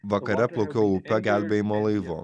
vakare plaukiau gelbėjimo laivu